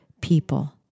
people